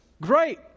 Great